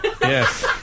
Yes